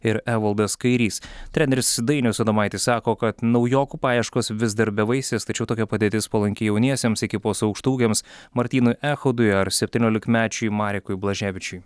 ir evaldas kairys treneris dainius adomaitis sako kad naujokų paieškos vis dar bevaisės tačiau tokia padėtis palanki jauniesiems ekipos aukštaūgiams martynui echodui ar septyniolikmečiui marekui blaževičiui